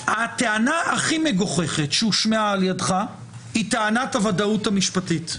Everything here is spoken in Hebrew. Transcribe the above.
הטענה הכי מגוחכת שהושמעה על ידך היא טענת הוודאות המשפטית.